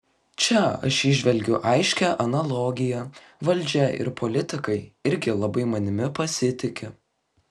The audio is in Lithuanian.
čia aš įžvelgiu aiškią analogiją valdžia ir politikai irgi labai manimi pasitiki